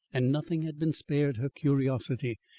and nothing had been spared her curiosity.